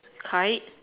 kite